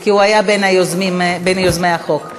כי הוא היה בין יוזמי החוק.